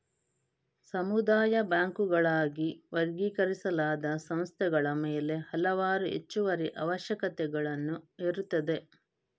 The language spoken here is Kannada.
ಸಮುದಾಯ ಬ್ಯಾಂಕುಗಳಾಗಿ ವರ್ಗೀಕರಿಸಲಾದ ಸಂಸ್ಥೆಗಳ ಮೇಲೆ ಹಲವಾರು ಹೆಚ್ಚುವರಿ ಅವಶ್ಯಕತೆಗಳನ್ನು ಹೇರುತ್ತದೆ